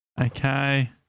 Okay